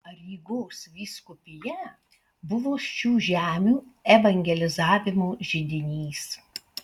rygos vyskupija buvo šių žemių evangelizavimo židinys